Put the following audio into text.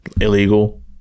illegal